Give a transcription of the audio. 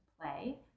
play